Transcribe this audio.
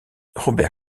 robert